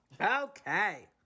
Okay